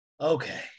Okay